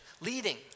leading